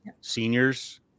seniors